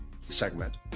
segment